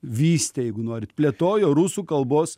vystė jeigu norit plėtojo rusų kalbos